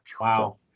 Wow